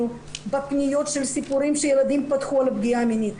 בפניות של סיפורים שילדים פתחו על פגיעה מינית,